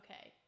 Okay